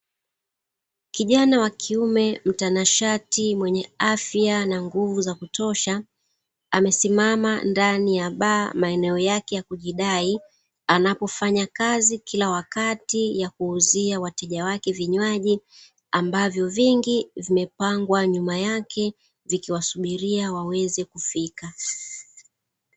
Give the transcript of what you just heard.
Kijana wa kiume mtanashati mwenye afya na nguvu za kutosha, amesimama ndani ya baa maeneo yake ya kujidai, anapofanya kazi kila wakati kuuzia mteja wake vinywaji, ambavyo vingi vimepangwa nyuma yake vikiwasubiria waweze kufika.